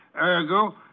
Ergo